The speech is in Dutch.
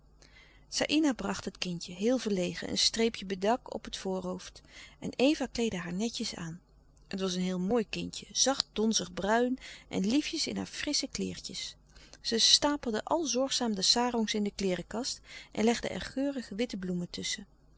saïna bracht het kindje heel verlegen een streepje bedak op het voorhoofd en eva kleedde haar netjes aan het was een heel mooi kindje zacht donzig bruin en liefjes in haar frissche kleêrtjes zij stapelde al zorgzaam de sarongs in de kleêrenkast en legde er geurige witte bloemen tusschen